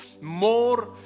more